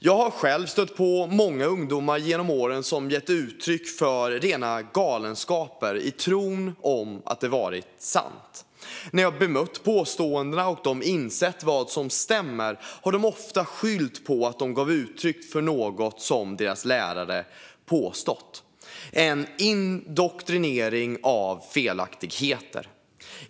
Jag har själv stött på många ungdomar genom åren som har gett uttryck för rena galenskaper i tron att de har varit sanna. När jag har bemött påståenden och de har insett vad som stämmer har de ofta skyllt på att de gav uttryck för något som deras lärare påstått. Det har varit en indoktrinering av felaktigheter.